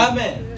Amen